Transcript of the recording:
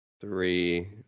three